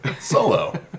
Solo